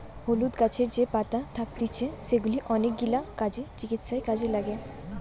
হলুদ গাছের যে পাতা থাকতিছে সেগুলা অনেকগিলা কাজে, চিকিৎসায় কাজে লাগে